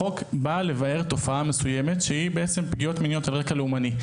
החוק בא לבער תופעה מסוימת שהיא בעצם פגיעות מיניות על רקע לאומני.